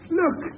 look